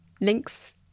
links